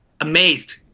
amazed